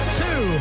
two